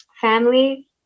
family